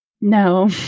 No